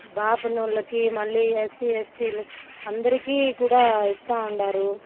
బాపనోళ్ళకి మళ్ళీ ఎస్సీ ఎస్టీలు అందరికీ కూడా ఇస్తూ ఉన్నారు